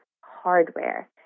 hardware